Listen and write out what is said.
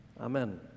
Amen